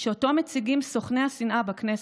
שאותו מציגים סוכני השנאה בכנסת,